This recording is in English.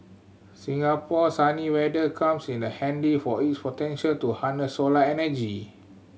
Singapore sunny weather comes in the handy for its potential to harness solar energy